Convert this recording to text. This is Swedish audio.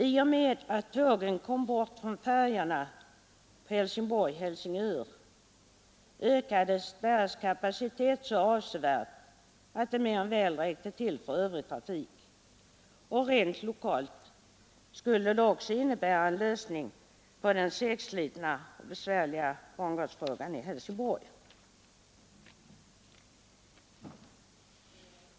I och med att tågen kom bort från färjorna på sträckan Helsingborg—Helsingör skulle deras kapacitet ökas så avsevärt att den mer än väl räckte till för övrig trafik. Rent lokalt skulle detta också innebära en lösning på den segslitna och besvärliga bangårdsfrågan i Helsingborg.